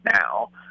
now